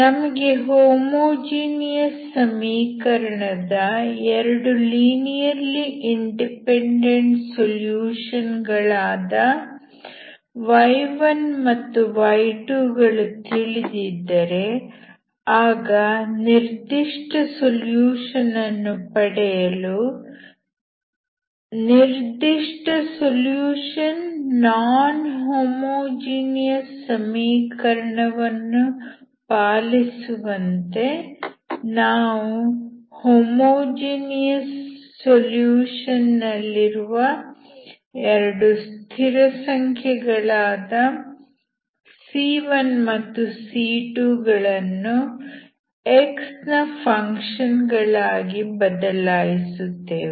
ನಮಗೆ ಹೋಮೋಜಿನಿಯಸ್ ಸಮೀಕರಣದ 2 linearly independent solution ಗಳಾದ y1 ಮತ್ತು y2 ಗಳು ತಿಳಿದಿದ್ದರೆ ಆಗ ನಿರ್ದಿಷ್ಟ ಸೊಲ್ಯೂಷನ್ ಅನ್ನು ಪಡೆಯಲು ನಿರ್ದಿಷ್ಟ ಸೊಲ್ಯೂಷನ್ ನಾನ್ ಹೋಮೋಜೀನಿಯಸ್ ಸಮೀಕರಣವನ್ನು ಪಾಲಿಸುವಂತೆ ನಾವು ಹೋಮೋಜಿನಿಯಸ್ ಸೊಲ್ಯೂಷನ್ ನಲ್ಲಿರುವ 2 ಸ್ಥಿರಸಂಖ್ಯೆಗಳಾದ c1 ಮತ್ತು c2 ಗಳನ್ನು x ನ ಫಂಕ್ಷನ್ ಗಳಾಗಿ ಬದಲಾಯಿಸುತ್ತೇವೆ